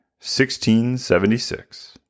1676